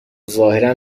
ظاهرا